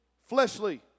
fleshly